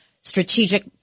Strategic